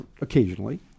Occasionally